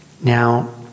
Now